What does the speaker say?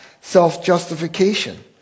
self-justification